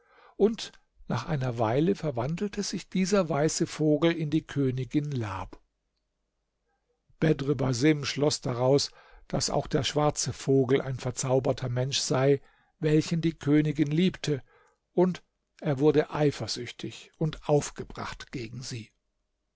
und nach einer weile verwandelte sich der weiße vogel in die königin lab bedr basim schloß daraus daß auch der schwarze vogel ein verzauberter mensch sei welchen die königin liebte und er wurde eifersüchtig und aufgebracht gegen sie